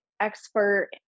expert